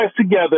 together